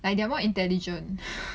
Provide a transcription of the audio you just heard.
like they are more intelligent